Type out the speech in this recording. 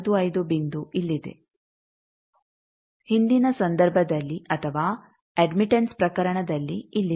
55 ಬಿಂದು ಇಲ್ಲಿದೆ ಹಿಂದಿನ ಸಂದರ್ಭದಲ್ಲಿ ಅಥವಾ ಅಡ್ಮಿಟೆಂಸ್ ಪ್ರಕರಣದಲ್ಲಿ ಇಲ್ಲಿದೆ